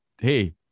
Hey